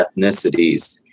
ethnicities